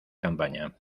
campaña